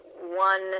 one